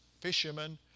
Fishermen